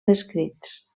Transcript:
descrits